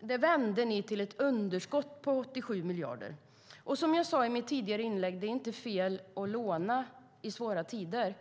Det vände ni till ett underskott på 87 miljarder. Som jag sade i mitt tidigare inlägg är det inte fel att låna i svåra tider.